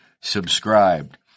subscribed